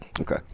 Okay